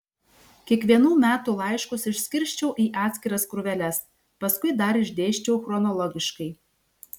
kiekvienų metų laiškus išskirsčiau į atskiras krūveles paskui dar išdėsčiau chronologiškai